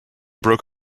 broke